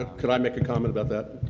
ah could i make a comment about that?